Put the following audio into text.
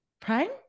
Prime